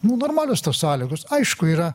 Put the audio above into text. nu normalios tos sąlygos aišku yra